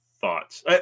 thoughts